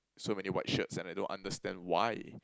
so many white shirts and I don't understand why